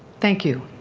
thank you,